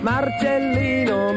Marcellino